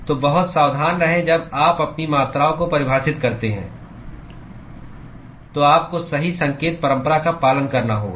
तो बहुत सावधान रहें जब आप अपनी मात्राओं को परिभाषित करते हैं तो आपको सही संकेत परंपरा का पालन करना होगा